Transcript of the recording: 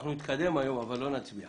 אנחנו נתקדם היום אבל לא נצביע